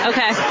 Okay